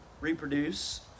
reproduce